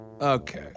okay